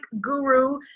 guru